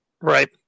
Right